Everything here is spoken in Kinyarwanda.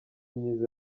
myiza